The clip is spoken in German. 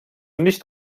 nicht